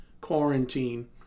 quarantine